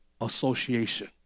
association